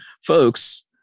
Folks